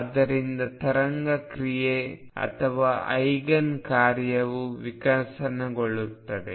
ಆದ್ದರಿಂದ ತರಂಗ ಕ್ರಿಯೆ ಅಥವಾ ಐಗನ್ ಕಾರ್ಯವು ವಿಕಸನಗೊಳ್ಳುತ್ತದೆ